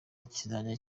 kikazajya